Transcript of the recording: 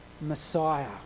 Messiah